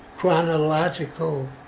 chronological